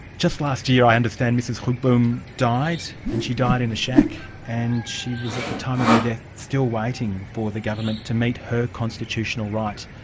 just last year i understand mrs grootboom died, and she died in a shack, and she was at the time of her death, still waiting for the government to meet her constitutional right.